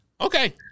Okay